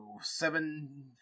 seven